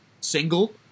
single